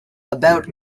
about